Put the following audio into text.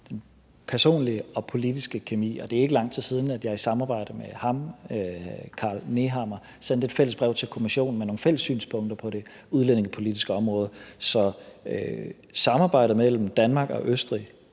den personlige og den politiske kemi. Det er ikke lang tid siden, jeg i samarbejde med ham, Karl Nehammer, sendte et fælles brev til Kommissionen med nogle fælles synspunkter på det udlændingepolitiske område. Så samarbejdet mellem Danmark og Østrig